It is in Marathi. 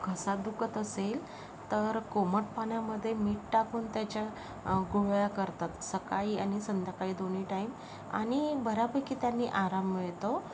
घसा दुखत असेल तर कोमट पाण्यामध्ये मीठ टाकून त्याच्या गोहळ्या करतात सकाळी आणि संध्याकाळी दोन्ही टाईम आणि बऱ्यापैकी त्याने आराम मिळतो